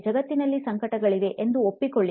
ಜಗತ್ತಿನಲ್ಲಿ ಸಂಕಟಗಳಿವೆ ಎಂದು ಒಪ್ಪಿಕೊಳ್ಳಿ